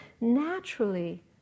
naturally